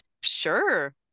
Sure